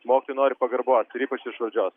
mokytojai nori pagarbos ir ypač iš valdžios